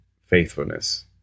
faithfulness